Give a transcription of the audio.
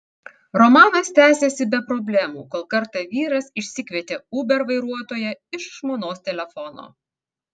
romanas tęsėsi be problemų kol kartą vyras išsikvietė uber vairuotoją iš žmonos telefono